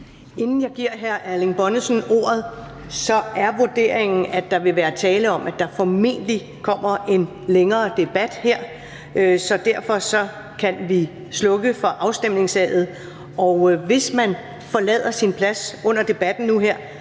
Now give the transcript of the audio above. Inden jeg giver hr. Erling Bonnesen ordet, vil jeg sige, at vurderingen er, at der vil være tale om, at der formentlig kommer en længere debat. Derfor kan vi slukke for afstemnings-A'et. Og hvis man forlader sin plads under debatten,